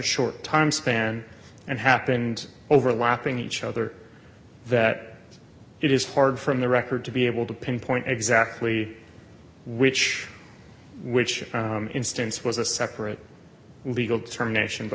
short time span and happened overlapping each other that it is hard from the record to be able to pinpoint exactly which which instance was a separate legal determination